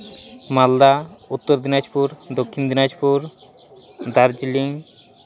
Malda Uttar Dinajpur Dakshin Dinajpur Darjeeling